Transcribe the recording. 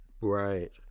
right